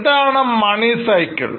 എന്താണ് money cycle